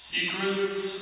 Secrets